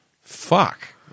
fuck